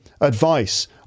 advice